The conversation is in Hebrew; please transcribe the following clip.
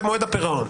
זה מועד הפירעון.